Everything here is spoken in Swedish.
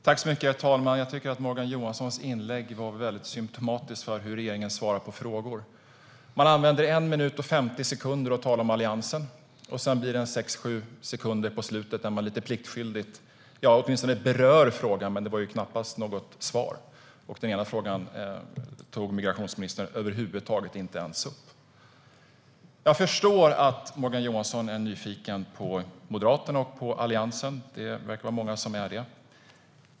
Herr talman! Jag tycker att Morgan Johanssons inlägg var symtomatiskt för hur regeringen svarar på frågor. Man använder en minut och 50 sekunder åt att tala om Alliansen. Sedan blir det sex sju sekunder på slutet där man lite pliktskyldigt berör själva frågan, men man kommer knappast med något svar. Den ena frågan tog migrationsministern över huvud taget inte upp. Jag förstår att Morgan Johansson är nyfiken på Moderaterna och Alliansen. Det verkar vara många som är det.